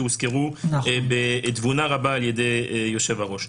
שהוזכרו בתבונה רבה על ידי היושב-ראש.